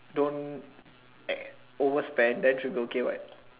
don't e~ overspend then should be okay what